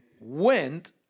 went